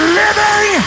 living